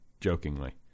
jokingly